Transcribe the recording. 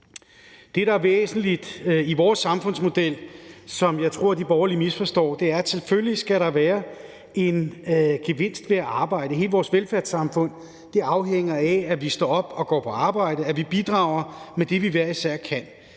Det, der er væsentligt i vores samfundsmodel, som jeg tror de borgerlige misforstår, er, at selvfølgelig skal der være en gevinst ved at arbejde. Hele vores velfærdssamfund afhænger af, at vi står op og går på arbejde; at vi bidrager med det, vi hver især kan.